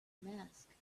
mask